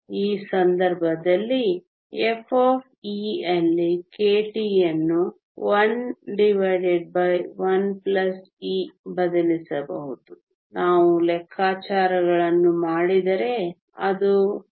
ಈ ಸಂದರ್ಭದಲ್ಲಿ f ಅಲ್ಲಿ kT ಯನ್ನು 11e ಬದಲಿಸಬಹುದು ನಾವು ಲೆಕ್ಕಾಚಾರಗಳನ್ನು ಮಾಡಿದರೆ ಅದು 0